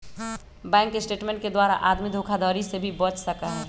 bank statement के द्वारा आदमी धोखाधडी से भी बच सका हई